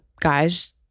guys